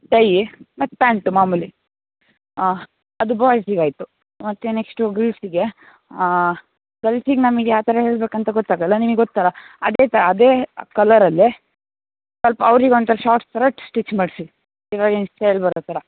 tie ಮತ್ತು pant ಮಾಮೂಲಿ ಹಾಂ ಅದು ಬಾಯ್ಸಿಗೆ ಆಯಿತು ಮತ್ತೆ ನೆಕ್ಸ್ಟು ಗಲ್ಸಿಗೆ ಗಲ್ಸಿಗೆ ನಮಿಗೆ ಯಾವ ಥರ ಹೇಳ್ಬೇಕು ಅಂತ ಗೊತ್ತಾಗಲ್ಲ ನಿಮಿಗೆ ಗೊತ್ತಲ್ಲ ಅದೆ ಥರ ಅದೇ ಕಲರಲ್ಲೆ ಸ್ವಲ್ಪ ಅವ್ರಿಗೆ ಒಂಥರ ಶಾರ್ಟ್ಸ್ ಥರ ಸ್ಟಿಚ್ ಮಾಡಿಸಿ ಇವಗಿನ ಸ್ಟೈಲ್ ಬರೋ ತರ